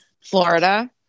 Florida